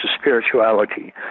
spirituality